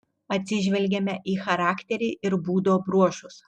atsižvelgiame į charakterį ir būdo bruožus